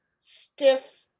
stiff